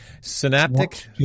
synaptic